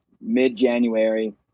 mid-January